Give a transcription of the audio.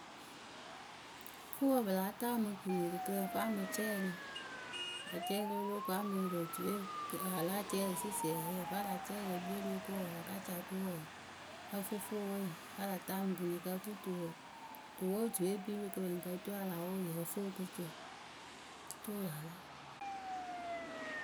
Fʊʊwǝ pɨ láa ta wɨ mɨ kɨnirikǝ ǝ fɨ a mɨ cɛɛlɩ Acɛɛlɩ o lóo ko a mɨ yɩrɩ otuyǝ we a láa cɛɛlɩ sɩsiɛrɩ vǝ́ a láa cɛɛlɩ e kpii o lóo ko a ka ca ku wǝǝ, ǝ fɨ fʊʊwe, kǝ́ a la ta mɨ kɨnirikǝ ǝ fɨ tuwǝ tuwʊotuyǝ we e kpii rɨ kɨpɛŋkǝ oturu a la wʊʊ yɨ ǝ fɨ o ko co oturu wɨ la lɛ.